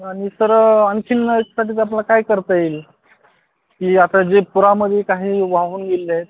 आणि सर आणखीन त्याच्यासाठी आपल्याला काय करता येईल की आता जे पुरामध्ये काही वाहून गेले आहेत